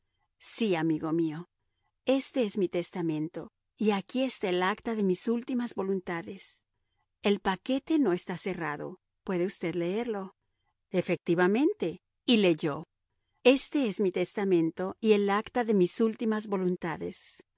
sí amigo mío este es mi testamento y aquí está el acta de mis últimas voluntades el paquete no está cerrado puede usted leerlo efectivamente y leyó este es mi testamento y el acta de mis últimas voluntades